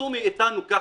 עשו אתנו כך: